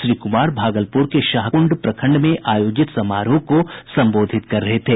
श्री कुमार भागलपुर के शाहकुंड प्रखंड में आयोजित समारोह को संबोधित कर रहे थे